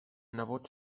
nebot